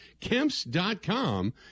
Kemp's.com